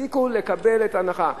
הפסיקו לקבל את ההנחה.